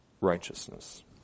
righteousness